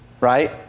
right